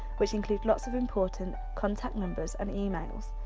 which includes lots of important contact numbers and emails